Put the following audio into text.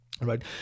right